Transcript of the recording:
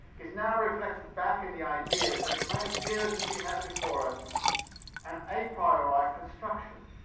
is now reflected back in the ideas then it may appear as if we have before us an a priori construction.